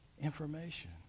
information